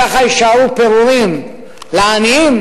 כך יישארו פירורים לעניים,